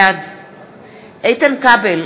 בעד איתן כבל,